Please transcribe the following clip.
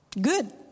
Good